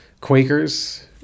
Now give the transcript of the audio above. Quakers